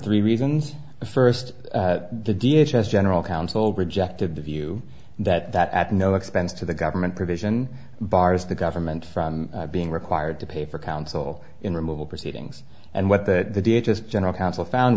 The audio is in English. three reasons first the d h as general counsel rejected the view that that at no expense to the government provision bars the government from being required to pay for counsel in removal proceedings and what that the d a just general counsel found